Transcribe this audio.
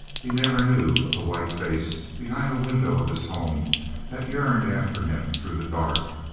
he never knew of the white face behind a window of his home that yearned after him through the dark,